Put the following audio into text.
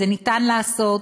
את זה ניתן לעשות.